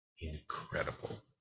incredible